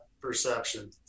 perception